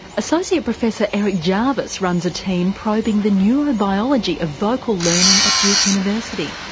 associate professor erich jarvis runs a team probing the neurobiology of vocal learning at duke university.